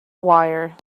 wire